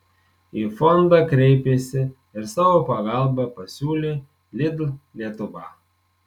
į fondą kreipėsi ir savo pagalbą pasiūlė lidl lietuva